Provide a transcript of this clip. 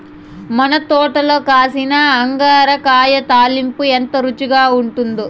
మన తోటల కాసిన అంగాకర కాయ తాలింపు ఎంత రుచిగా ఉండాదో